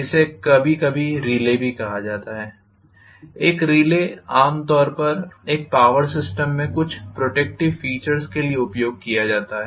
इसे कभी कभी रिले भी कहा जाता है एक रिले आमतौर पर एक पॉवर सिस्टम में कुछ प्रोटेक्टिव फीचर्स के लिए उपयोग किया जाता है